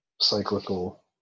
cyclical